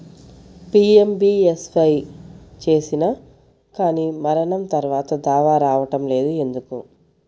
PMBSY చేసినా కానీ మరణం తర్వాత దావా రావటం లేదు ఎందుకు?